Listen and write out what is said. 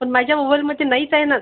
पण माझ्या मोबाईलमध्ये नाहीच आहे ना